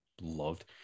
loved